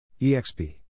EXP